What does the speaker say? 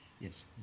Yes